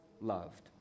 loved